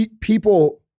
people